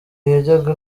yajyaga